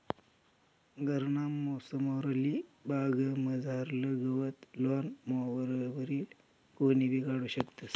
घरना समोरली बागमझारलं गवत लॉन मॉवरवरी कोणीबी काढू शकस